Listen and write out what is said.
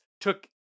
took